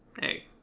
Hey